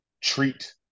treat –